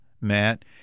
Matt